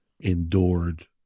endured